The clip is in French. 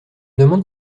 demande